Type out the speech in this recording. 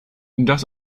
das